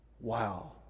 Wow